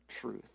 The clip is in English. truth